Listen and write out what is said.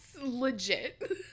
Legit